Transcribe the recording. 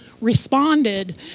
responded